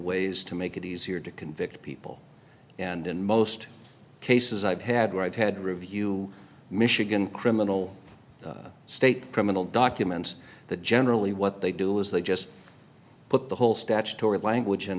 ways to make it easier to convict people and in most cases i've had where i've had review michigan criminal state criminal documents the generally what they do is they just put the whole statutory language in